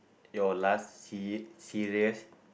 your last se~ serious